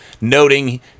noting